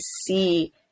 see